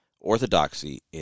orthodoxy